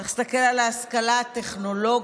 צריך להסתכל על ההשכלה הטכנולוגית